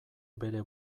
bere